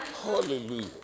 Hallelujah